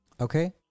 Okay